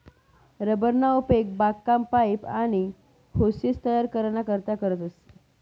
rubber ना उपेग बागकाम, पाइप, आनी होसेस तयार कराना करता करतस